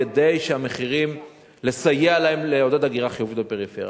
כדי לסייע לעודד הגירה חיובית בפריפריה.